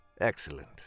Excellent